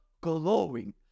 glowing